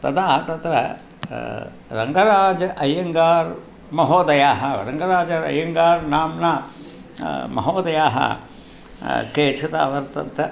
तदा तत्र रङ्गराजय्यङ्गार् महोदयः रङ्गराजय्यङ्गार् नाम्नः महोदयः केचन वर्तन्ते